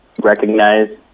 recognize